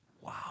wow